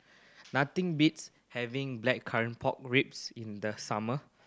nothing beats having Blackcurrant Pork Ribs in the summer